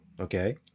Okay